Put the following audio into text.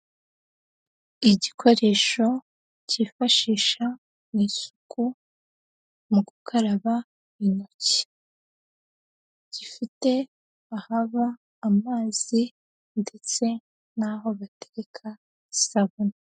Igikoresho cyifashisha mu isuku mu gukaraba intoki, gifite ahaba amazi ndetse naho batekareka isabune.